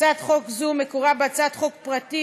התשע"ז 2017. הצעת חוק זו, מקורה בהצעת חוק פרטית